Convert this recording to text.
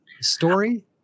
story